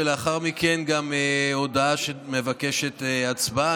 ולאחר מכן גם הודעה שמתבקשת בה הצבעה.